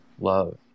Love